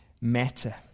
matter